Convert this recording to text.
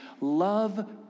Love